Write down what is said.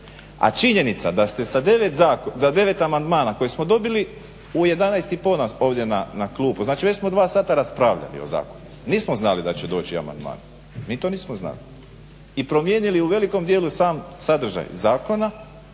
A činjenica da ste sa 9 amandmana koje smo dobili u 11 i pol ovdje na klupu, znači već smo dva sata raspravljali o zakonu. Nismo znali da će doći amandmani. Mi to nismo znali i promijenili u velikom djelu sam sadržaj zakona